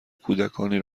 کودکانی